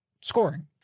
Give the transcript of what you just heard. scoring